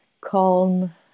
calm